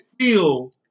feel